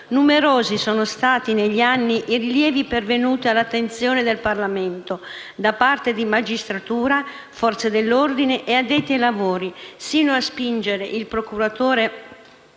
Numerosi sono stati negli anni i rilievi pervenuti all'attenzione del Parlamento da parte di magistratura, Forze dell'ordine e addetti ai lavori, sino a spingere il procuratore